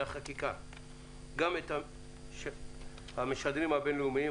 החקיקה גם את המשדרים הבין-לאומיים.